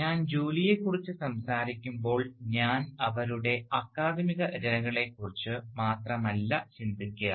ഞാൻ ജോലിയെക്കുറിച്ച് സംസാരിക്കുമ്പോൾ ഞാൻ അവരുടെ അക്കാദമിക് രചനകളെക്കുറിച്ച് മാത്രമല്ല ചിന്തിക്കുക